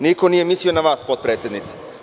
Niko nije mislio na vas, potpredsednice.